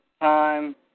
time